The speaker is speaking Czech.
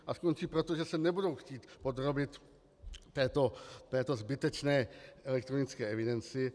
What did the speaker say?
A skončí proto, že se nebudou chtít podrobit této zbytečné elektronické evidenci.